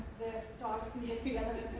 dogs can get together